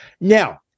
Now